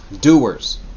Doers